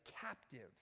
captives